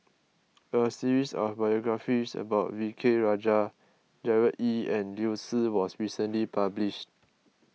a series of biographies about V K Rajah Gerard Ee and Liu Si was recently published